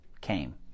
came